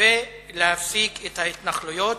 ולהפסיק את ההתנחלויות,